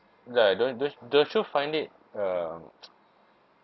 uh don't don't don't you find it uh